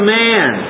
man